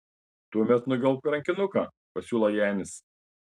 tuomet nugvelbk rankinuką pasiūlo janis